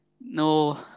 No